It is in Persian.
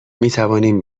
میتوانیم